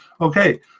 okay